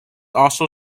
also